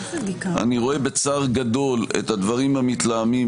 אני רואה בצער גדול את הדברים המתלהמים,